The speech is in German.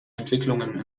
entwicklungen